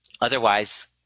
otherwise